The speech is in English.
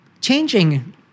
changing